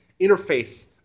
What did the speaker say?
interface